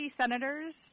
senators